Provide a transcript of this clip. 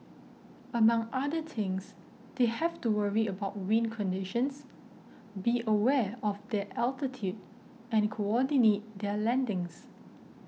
among other things they have to worry about wind conditions be aware of their altitude and coordinate their landings